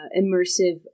immersive